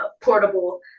portable